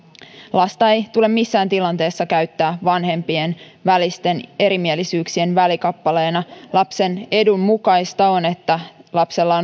lasta ei tule missään tilanteessa käyttää vanhempien välisten erimielisyyksien välikappaleena lapsen edun mukaista on että lapsella